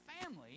family